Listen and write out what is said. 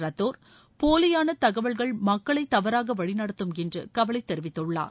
ரத்தோர் போலியான தகவல்கள் மக்களை தவறாக வழி நடத்தும் என்று கவலை தெரிவித்துள்ளார்